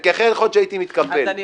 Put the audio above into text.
וכל עוד אני עומד